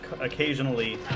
occasionally